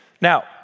Now